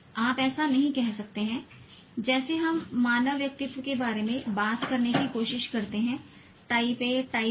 आप ऐसा नहीं कह सकते हैं जैसे हम मानव व्यक्तित्व के बारे में बात करने की कोशिश करते हैं टाइप ए टाइप बी